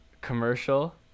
commercial